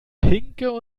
pinke